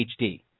HD